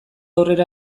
aurrera